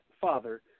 father